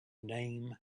name